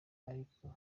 ariko